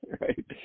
right